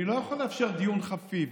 אני לא יכול לאפשר דיון חפיף.